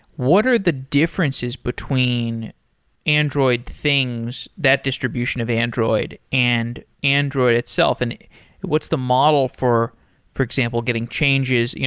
what are the differences between android things, that distribution of android and android itself? and what's the model for for example, getting changes,